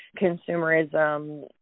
consumerism